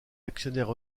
actionnaires